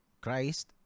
Christ